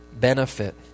benefit